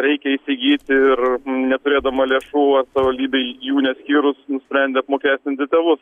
reikia įsigyti ir neturėdama lėšų vat savivaldybei jų neskyrus nusprendė apmokestinti tėvus